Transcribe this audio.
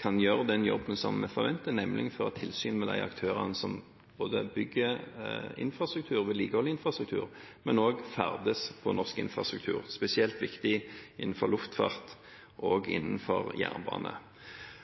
kan gjøre den jobben vi forventer, nemlig å føre tilsyn med de aktørene som både bygger og vedlikeholder infrastruktur, men som også ferdes på norsk infrastruktur, spesielt er det viktig innenfor luftfart og innenfor jernbane.